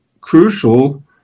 crucial